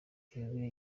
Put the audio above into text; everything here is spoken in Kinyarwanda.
yubile